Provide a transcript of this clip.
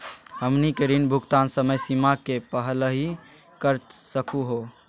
हमनी के ऋण भुगतान समय सीमा के पहलही कर सकू हो?